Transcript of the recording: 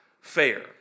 fair